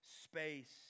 space